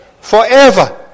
forever